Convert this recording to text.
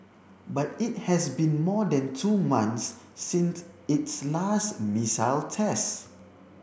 but it has been more than two months since its last missile test